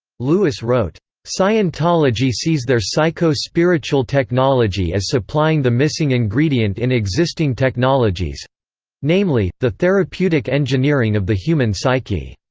lewis wrote, scientology sees their psycho-spiritual technology as supplying the missing ingredient in existing technologies namely, the therapeutic engineering of the human psyche.